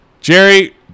Jerry